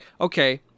okay